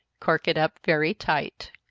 cork it up very tight.